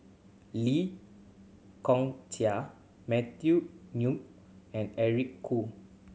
Lee Kong Chian Matthew Ngui and Eric Khoo